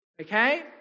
Okay